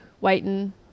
waiting